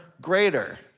greater